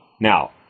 Now